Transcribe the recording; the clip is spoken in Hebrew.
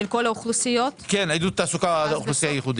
עידוד תעסוקה לאוכלוסייה ייעודית?